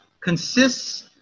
consists